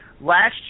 last